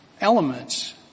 elements